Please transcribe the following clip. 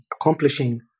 accomplishing